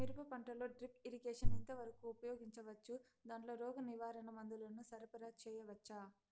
మిరప పంటలో drip irrigation ఎంత వరకు ఉపయోగించవచ్చు, దాంట్లో రోగ నివారణ మందుల ను సరఫరా చేయవచ్చా?